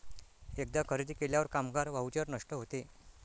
एकदा खरेदी केल्यावर कामगार व्हाउचर नष्ट होते